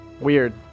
Weird